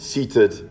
seated